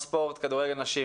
לכדורגל נשים.